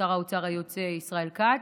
שר האוצר היוצא ישראל כץ,